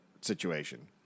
situation